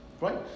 Right